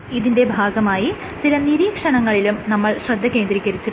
ഇതിന്റെ ഭാഗമായി ചില നിരീക്ഷണങ്ങളിലും നമ്മൾ ശ്രദ്ധ കേന്ദ്രീകരിച്ചിരുന്നു